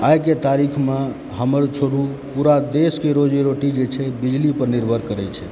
आइके तारीखमे हमर छोड़ू पूरा देशके रोजी रोटी जे छै बिजलीपर निर्भर करैत छै